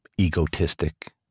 egotistic